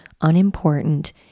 unimportant